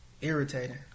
irritating